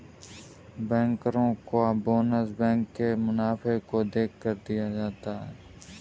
बैंकरो का bonus bank के मुनाफे को देखकर दिया जाता है